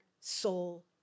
soul